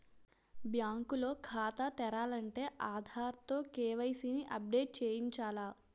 bank లో ఖాతా తెరాలంటే ఆధార్ తో కే.వై.సి ని అప్ డేట్ చేయించాల